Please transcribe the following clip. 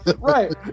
Right